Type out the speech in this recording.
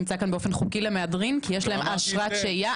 נמצא פה באופן חוקי למהדרין כי יש להם אשרת שהייה.